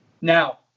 Now